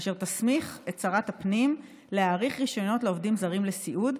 אשר תסמיך את שרת הפנים להאריך רישיונות לעובדים זרים לסיעוד,